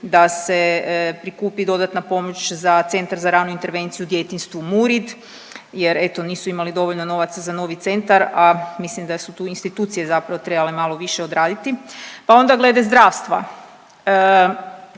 da se prikupi dodatna pomoć za Centar za ranu intervenciju u djetinjstvu MURID jer eto nisu imali dovoljno novaca za novi centar, a mislim da su tu institucije zapravo trebale malo više odraditi. Pa onda glede zdravstva,